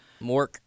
Mork